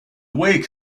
wake